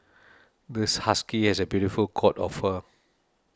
this husky has a beautiful coat of fur